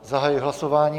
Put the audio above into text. Zahajuji hlasování.